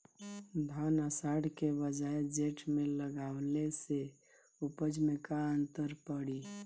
धान आषाढ़ के बजाय जेठ में लगावले से उपज में का अन्तर पड़ी?